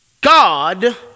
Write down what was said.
God